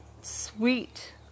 sweet